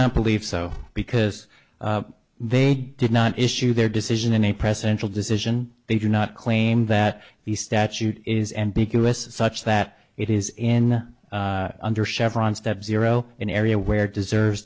not believe so because they did not issue their decision in a presidential decision they do not claim that the statute is ambiguous such that it is in under chevron's step zero an area where deserves